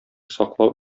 саклау